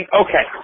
okay